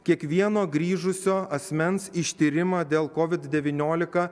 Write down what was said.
kiekvieno grįžusio asmens ištyrimą dėl kovid devyniolika